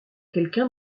quelqu’un